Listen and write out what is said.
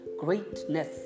greatness